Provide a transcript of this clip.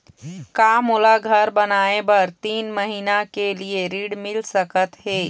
का मोला घर बनाए बर तीन महीना के लिए ऋण मिल सकत हे?